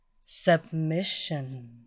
Submission